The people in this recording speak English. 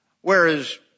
Whereas